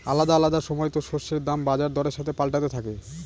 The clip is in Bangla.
আলাদা আলাদা সময়তো শস্যের দাম বাজার দরের সাথে পাল্টাতে থাকে